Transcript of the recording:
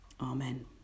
Amen